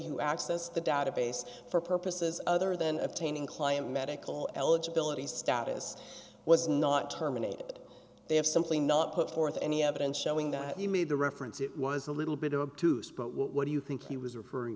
who access the database for purposes other than obtaining client medical eligibility status was not terminated they have simply not put forth any evidence showing that he made the reference it was a little bit up to spoke what do you think he was referring